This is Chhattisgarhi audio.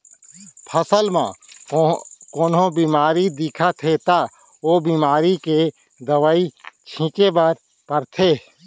फसल म कोनो बेमारी दिखत हे त ओ बेमारी के दवई छिंचे बर परथे